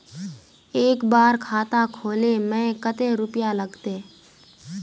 एक बार खाता खोले में कते रुपया लगते?